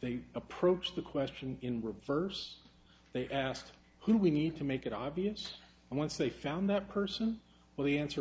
they approached the question in reverse they asked who we need to make it obvious and once they found that person well the answer